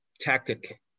tactic